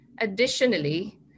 Additionally